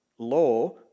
Law